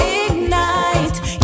ignite